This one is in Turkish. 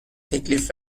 teklif